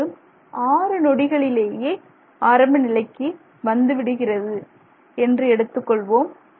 அமைப்பு ஆறு நொடிகளிலேயே ஆரம்ப நிலைக்கு வந்து விடுகிறது என்று எடுத்துக்கொள்வோம்